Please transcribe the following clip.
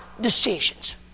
decisions